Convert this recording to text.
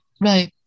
Right